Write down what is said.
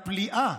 הפליאה,